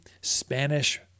Spanish